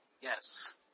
Yes